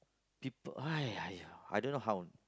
people !aiya! !aiya! I don't know how